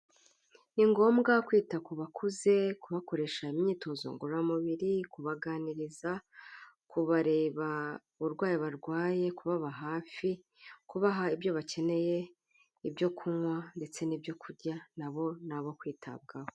Ni ngombwa kwita ku bakuze kubakoresha imyitozo ngororamubiri kubaganiriza, kubareba ubu urwayi barwaye, kubaba hafi kubaha ibyo bakeneye ibyo kunywa ndetse n'ibyokurya, n'abo ni abo kwitabwaho.